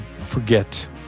forget